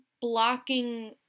blocking